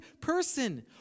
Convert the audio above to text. person